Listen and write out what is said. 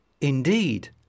Indeed